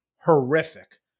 horrific